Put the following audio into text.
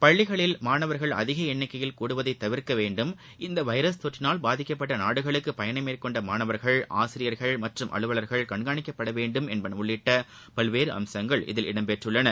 பள்ளிகளில் மானவர்கள் அதிக எண்ணிக்கையில் கூடுவதை தவிர்க்க வேண்டும் இந்த வைரஸ் தொற்றினால் பாதிக்கப்பட்ட நாடுகளுக்கு பயணம் மேற்கொண்ட மாணவர்கள் ஆசிரியர்கள் மற்றும் அலுவல்கள் கண்ணிக்கப்பட வேண்டும் என்பன உள்ளிட்ட பல்வேறு அம்சங்கள் இதில் இடம்பெற்றுள்ளன